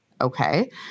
okay